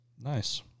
Nice